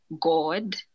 God